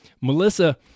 Melissa